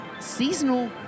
seasonal